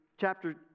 chapter